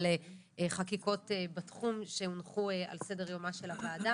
חקיקות בתחום שהונחו על סדר יומה של הוועדה.